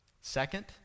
Second